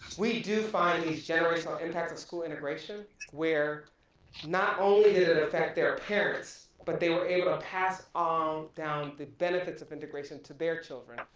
we do find these generationally impacts of school integration where not only did it affect their parents but they were able to pass on down the benefits of integration to their children.